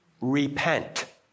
repent